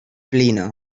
blino